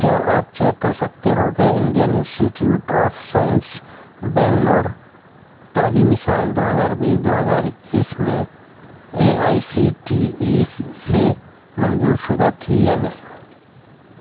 کیا آپ چیک کر سکتے ہو کہ Indian Institute of Science Bangalore تعلیمی سال دو ہزار بیس دو ہزار اکیس میں A I C T E سے منظور شدہ تھی یا نہیں